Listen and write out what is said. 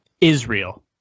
Israel